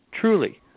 Truly